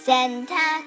Santa